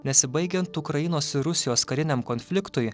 nesibaigiant ukrainos ir rusijos kariniam konfliktui